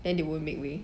then they won't make way